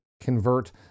convert